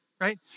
right